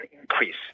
increase